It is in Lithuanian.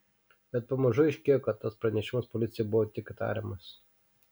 bet pamažu aiškėjo kad tas pranešimas policijai buvo tik tariamas